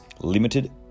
limited